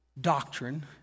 doctrine